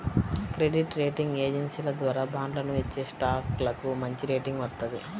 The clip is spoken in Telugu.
క్రెడిట్ రేటింగ్ ఏజెన్సీల ద్వారా బాండ్లను ఇచ్చేస్టాక్లకు మంచిరేటింగ్ వత్తది